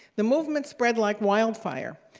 the movement spread like wildfire,